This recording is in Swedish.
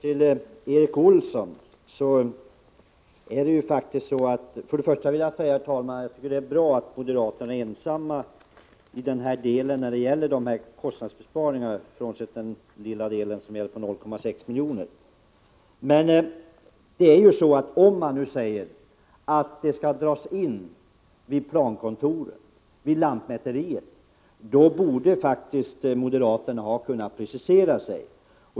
Herr talman! Jag tycker att det är bra att moderaterna är ensamma om förslagen till kostnadsbesparingar, frånsett den lilla del som är på 0,6 milj.kr. Om ni säger att det skall göras indragningar vid planoch lantmäterienheterna borde ni moderater faktiskt, Erik Olsson, ha kunnat precisera er.